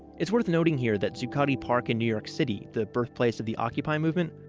it's worth noting here that zuccotti park in new york city, the birthplace of the occupy movement,